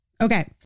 Okay